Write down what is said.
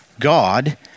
God